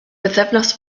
bythefnos